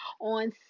on